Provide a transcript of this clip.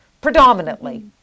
predominantly